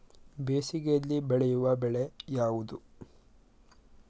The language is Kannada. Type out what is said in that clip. ಬೇಸಿಗೆಯಲ್ಲಿ ಬೆಳೆಯುವ ಬೆಳೆ ಯಾವುದು?